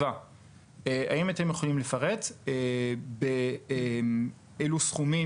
האם אתם יכולים לפרט באילו סכומים,